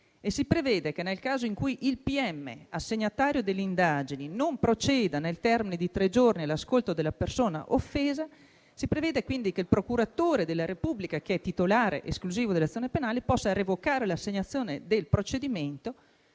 106 del 2006. Nel caso in cui il pm assegnatario dell'indagine non proceda nel termine dei tre giorni all'ascolto della persona offesa, si prevede che il procuratore della Repubblica, titolare esclusivo dell'azione penale, possa revocare l'assegnazione del procedimento,